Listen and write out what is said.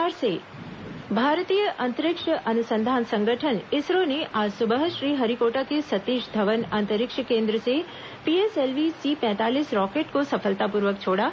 इसरो उपग्रह प्रक्षेपण भारतीय अंतरिक्ष अनुसंधान संगठन इसरो ने आज सुबह श्रीहरिकोटा के सतीश धवन अंतरिक्ष केन्द्र से पीएसएलवी सी पैंतालीस रॉकेट को सफलतापूर्वक छोड़ा